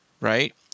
right